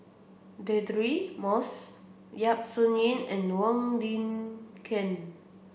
Deirdre Moss Yap Su Yin and Wong Lin Ken